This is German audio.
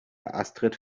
astrid